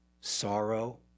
sorrow